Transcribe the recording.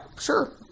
sure